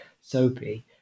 soapy